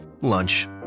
Lunch